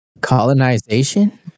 Colonization